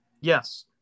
yes